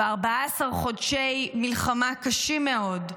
ו-14 חודשי מלחמה קשים מאוד.